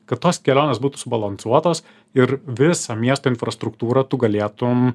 kad tos kelionės būtų subalansuotos ir visą miesto infrastruktūrą tu galėtum